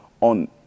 on